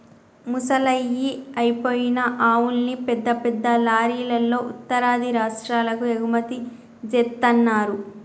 ముసలయ్యి అయిపోయిన ఆవుల్ని పెద్ద పెద్ద లారీలల్లో ఉత్తరాది రాష్టాలకు ఎగుమతి జేత్తన్నరు